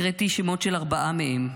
הקראתי שמות של ארבעה מהם.